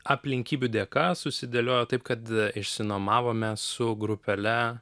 aplinkybių dėka susidėliojo taip kad išsinomavome su grupele